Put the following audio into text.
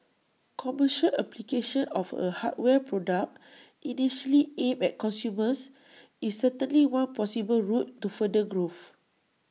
commercial application of A hardware product initially aimed at consumers is certainly one possible route to further growth